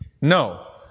No